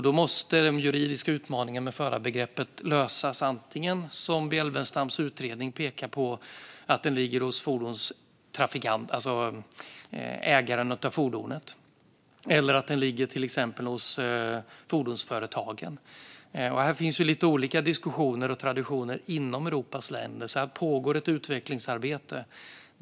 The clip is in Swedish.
Då måste den juridiska utmaningen med förarbegreppet lösas antingen som Bjelvenstams utredning pekar på, nämligen att ansvaret ligger hos ägaren av fordonet, eller genom att det ligger till exempel hos fordonsföretagen. Här finns lite olika diskussioner och traditioner inom Europas länder, så det pågår ett utvecklingsarbete.